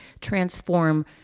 transform